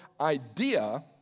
idea